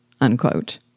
Unquote